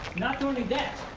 not only that,